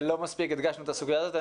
כך שלא מספיק הדגשנו את הסוגיה הזאת.